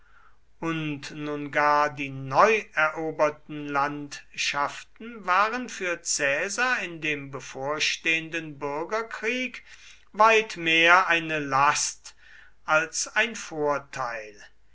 und nun gar die neueroberten landschaften waren für caesar in dem bevorstehenden bürgerkrieg weit mehr eine last als ein vorteil